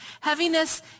Heaviness